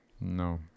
No